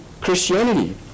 Christianity